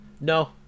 No